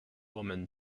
woman